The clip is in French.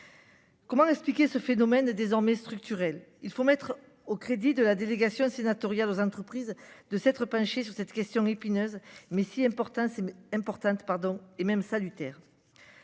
Comment expliquer ce phénomène désormais structurelle, il faut mettre au crédit de la délégation sénatoriale aux entreprises de s'être penché sur cette question épineuse. Mais si important c'est importante